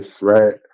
right